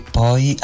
poi